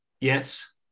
yes